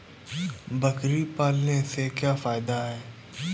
बकरी पालने से क्या फायदा है?